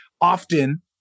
often